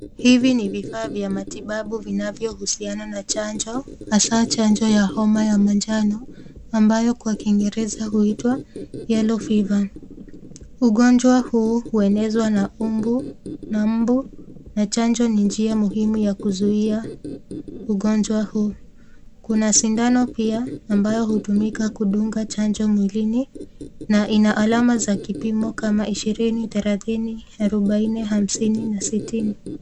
Hivi ni vifaa vya matibabu vinavyohusiana na chanjo hasaa chanjo ya homa ya manjano ambayo kwa kingereza huitwa yellow fever . Ugonjwa huu uenezwa na mbu na chanjo ni njia muhimu ya kuzuia ugonjwa huu. Kuna sindano pia ambayo hutumika kudunga chanjo mwilini na ina alama za kipimo kama ishirini, thelatini, arubaini, hamsini na sitini.